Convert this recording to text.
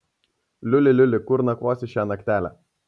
liuli liuli kur nakvosi šią naktelę